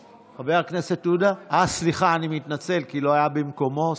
סליחה, אני מתנצל, כי הוא לא היה במקומו.